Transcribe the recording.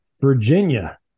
Virginia